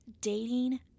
Dating